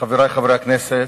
חברי חברי הכנסת,